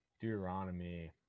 deuteronomy